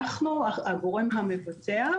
אנחנו הגורם המבצע.